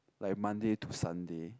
like Monday to Sunday